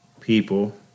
people